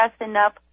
enough